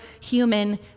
human